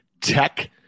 tech